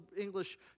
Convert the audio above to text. English